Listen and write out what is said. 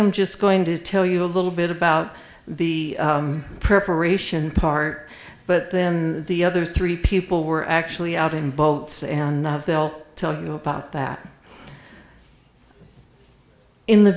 am just going to tell you a little bit about the preparation part but then the other three people were actually out in boats and they'll tell you about that in the